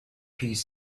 piece